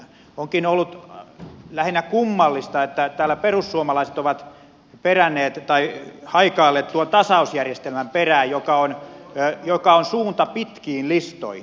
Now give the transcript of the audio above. onkin ollut lähinnä kummallista että täällä perussuomalaiset ovat haikailleet tuon tasausjärjestelmän perään joka on suunta pitkiin listoihin